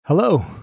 Hello